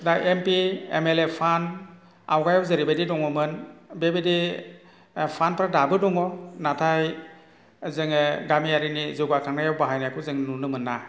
दा M P M L A fund आवगायाव जेरैबायदि दङमोन बेबायदि फान्डफोर दाबो दङ नाथाय जोङो गामियारिनि जौगाखांनायाव बाहायनायखौ जों नुनो मोना